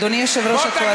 אדוני יושב-ראש הקואליציה,